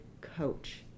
coach